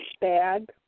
bag